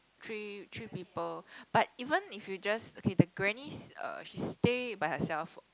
three three people but even if you just okay the granny uh she stay by herself